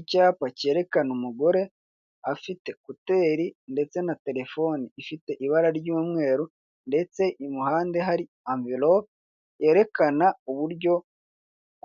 Icyapa cyerekana umugore afite couter ndetse na telefoni ifite ibara ry'umweru ndetse iruhande hari anvelope yerekana uburyo